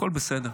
הכול בסדר.